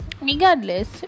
Regardless